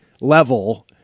level